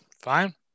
fine